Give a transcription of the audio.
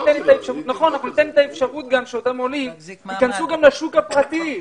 ניתן את האפשרות שאותם עולים ייכנסו לשוק הפרטי.